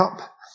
up